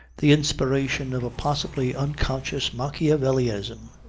the inspiration of a possibly unconscious machiavellism!